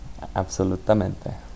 Absolutamente